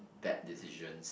bad decisions